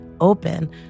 open